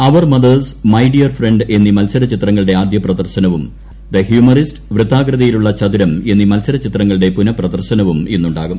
our mothers my dear friend എന്നീ മത്സര ചിത്രങ്ങളുടെ ആദ്യ പ്രദർശനവും ദി പ്രോജക്ഷനിസ്റ്റ് ദ ഹ്യൂമറിസ്റ്റ് വൃത്താകൃതിയിലുള്ള ചതുരം എന്നീ മത്സരചിത്രങ്ങളുടെ പുനഃപ്രദർശനവും ഇന്നുണ്ടാകും